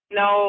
no